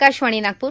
Akashvani Nagpur